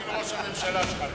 אפילו ראש הממשלה שלך,